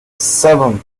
seven